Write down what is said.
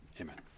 Amen